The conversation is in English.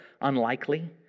unlikely